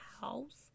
house